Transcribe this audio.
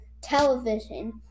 television